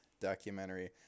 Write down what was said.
documentary